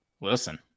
Listen